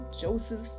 Joseph